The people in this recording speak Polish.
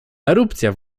erupcja